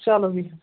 چلو بِہِو